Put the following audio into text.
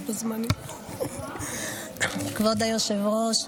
כבוד היושב-ראש,